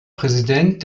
präsident